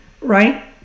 right